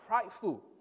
prideful